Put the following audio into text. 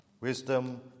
Wisdom